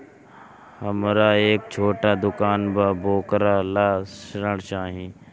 हमरा एक छोटा दुकान बा वोकरा ला ऋण चाही?